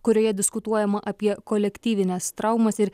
kurioje diskutuojama apie kolektyvines traumas ir